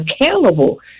accountable